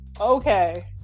okay